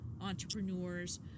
entrepreneurs